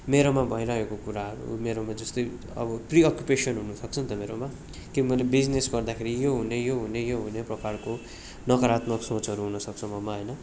मेरोमा भइरहेको कुराहरू मेरोमा जस्तै अब प्रि अकुपेशन हुनुसक्छ नि त मेरोमा त्यो मैले बिजिनेस गर्दाखेरि यो हुने यो हुने यो हुने प्रकारको नकरात्मक सोचहरू हुनसक्छ ममा होइन